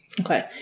Okay